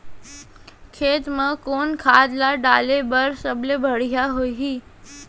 खेत म कोन खाद ला डाले बर सबले बढ़िया होही?